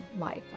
life